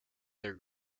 their